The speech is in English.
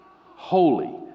Holy